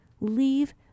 Leave